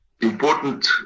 important